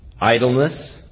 Idleness